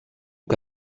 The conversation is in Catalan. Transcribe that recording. que